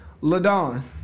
Ladon